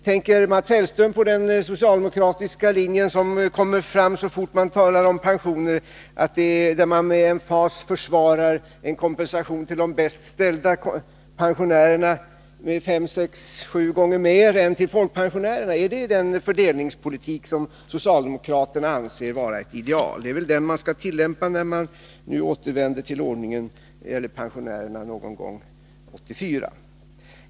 Tänker Mats Hellström på den socialdemokratiska linje som kommer fram så fort man talar om pensioner — med emfas försvarar man en kompensation till de bäst ställda pensionärerna som är fem sex sju gånger större än den till folkpensionärerna? Är det den fördelningspolitik som socialdemokraterna anser vara ett ideal? Det är väl den som man skall tillämpa när det gäller pensionärerna då man återvänder till ordningen någon gång 1984.